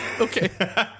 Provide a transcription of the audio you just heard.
Okay